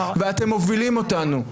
ואתם מובילים אותנו,